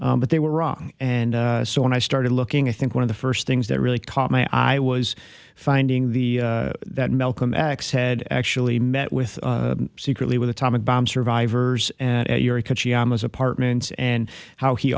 but they were wrong and so when i started looking i think one of the first things that really caught my eye was finding the that malcolm x had actually met with secretly with atomic bomb survivors and eureka apartments and how he